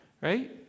right